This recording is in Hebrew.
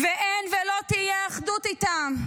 אין ולא תהיה אחדות איתם.